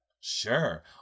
Sure